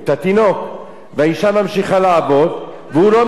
והאשה ממשיכה לעבוד, והוא לא מקבל את שעת ההנקה.